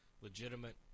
legitimate